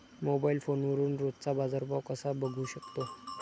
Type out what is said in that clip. Mobile फोनवरून रोजचा बाजारभाव कसा बघू शकतो?